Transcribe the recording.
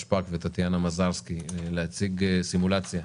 שפק וטטיאנה מזרסקי להציג סימולציה.